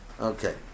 Okay